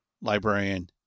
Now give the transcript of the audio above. librarian